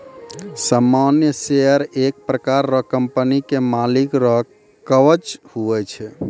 सामान्य शेयर एक प्रकार रो कंपनी के मालिक रो कवच हुवै छै